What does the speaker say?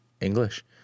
English